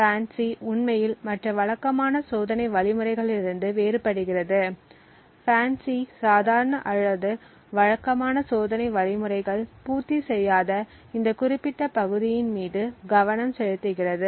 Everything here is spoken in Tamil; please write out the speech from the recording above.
FANCI உண்மையில் மற்ற வழக்கமான சோதனை வழிமுறைகளிலிருந்து வேறுபடுகிறது FANCI சாதாரண அல்லது வழக்கமான சோதனை வழிமுறைகள் பூர்த்தி செய்யாத இந்த குறிப்பிட்ட பகுதியின் மீது கவனம் செலுத்துகிறது